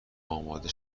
اماده